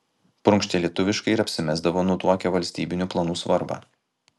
prunkštė lietuviškai ir apsimesdavo nutuokią valstybinių planų svarbą